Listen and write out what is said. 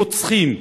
רוצחים,